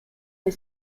les